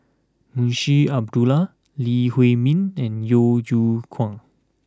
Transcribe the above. Munshi Abdullah Lee Huei Min and Yeo Yeow Kwang